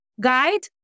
guide